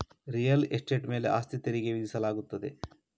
real estate ಮೇಲೆ ಆಸ್ತಿ ತೆರಿಗೆ ವಿಧಿಸಲಾಗುತ್ತದೆ